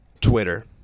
Twitter